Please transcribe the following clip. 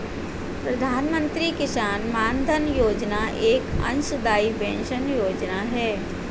प्रधानमंत्री किसान मानधन योजना एक अंशदाई पेंशन योजना है